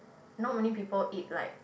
not many people eat like